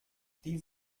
die